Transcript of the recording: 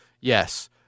Yes